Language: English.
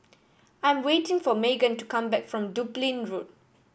I am waiting for Meghan to come back from Dublin Road